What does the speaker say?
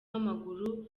w’amaguru